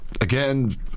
Again